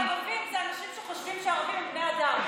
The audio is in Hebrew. מה שיותר גרוע מערבים זה אנשים שחושבים שערבים הם בני אדם.